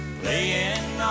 playing